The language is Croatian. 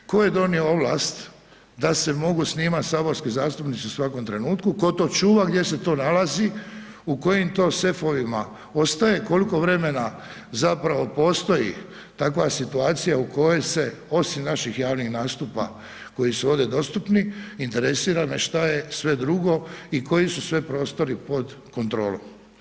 Tko je donio ovlast da se mogu snimati saborski zastupnici u svakom trenutku, tko to čuva, gdje se to nalazi, u kojim to sefovima ostaje, koliko vremena zapravo postoji takva situacija u kojoj se osim naših javnih nastupa, koji su ovdje dostupni, interesira na šta je sve drugo i koji su sve prostori pod kontrolom?